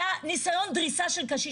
היה ניסיון דריסה של קשיש.